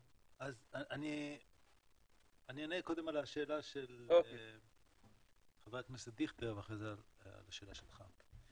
אני אענה קודם על השאלה של חבר הכנסת דיכטר ואחרי זה על השאלה שלך.